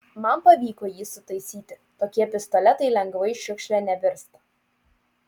man pavyko jį sutaisyti tokie pistoletai lengvai šiukšle nevirsta